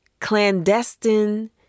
clandestine